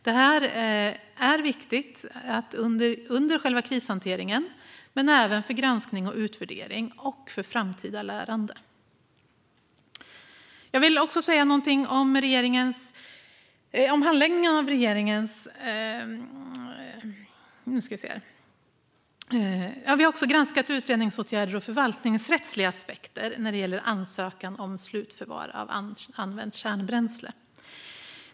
Det är viktigt under själva krishanteringen men även för granskning och utvärdering och för framtida lärande. Vi har också granskat utredningsåtgärder och förvaltningsrättsliga aspekter när det gäller ansökan om slutförvar av använt kärnbränsle.